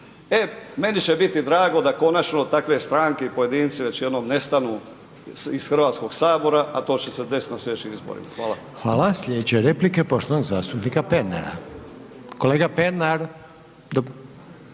E meni će biti drago da konačno takve stranke i pojedince već jednom nestanu iz Hrvatskog sabora, a to će se desiti na sljedećim izborima. Hvala. **Reiner, Željko (HDZ)** Hvala. Sljedeća replika je poštovanog zastupnika Pernara. **Pernar, Ivan